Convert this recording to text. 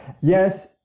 Yes